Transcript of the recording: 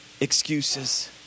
excuses